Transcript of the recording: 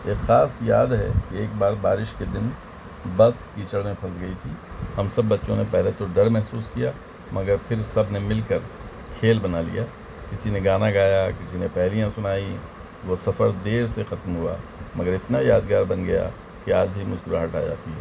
ایک خاص یاد ہے کہ ایک بار بارش کے دن بس کیچڑ میں پھنس گئی تھی ہم سب بچوں نے پہلے تو ڈر محسوس کیا مگر پھر سب نے مل کر کھیل بنا لیا کسی نے گانا گایا کسی نے پہلیاں سنائیں وہ سفر دیر سے ختم ہوا مگر اتنا یادگار بن گیا کہ آج بھی مسکراہٹ آ جاتی ہے